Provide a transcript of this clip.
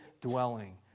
dwelling